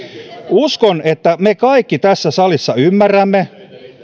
uskon että me kaikki tässä salissa ymmärrämme